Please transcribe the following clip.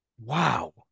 Wow